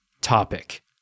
topic